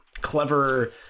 clever